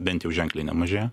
bent jau ženkliai nemažėja